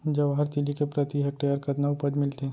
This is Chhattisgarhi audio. जवाहर तिलि के प्रति हेक्टेयर कतना उपज मिलथे?